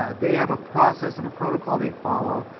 ah they have a process and a protocol they follow,